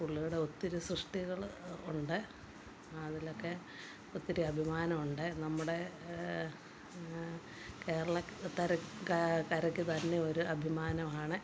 പുള്ളിയുടെ ഒത്തിരി സൃഷ്ടികള് ഉണ്ട് അതിലൊക്കെ ഒത്തിരി അഭിമാനമുണ്ട് നമ്മുടെ കേരളതര ക്കരയ്ക്കു തന്നെ ഒരു അഭിമാനമാണ്